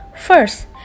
First